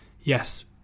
Yes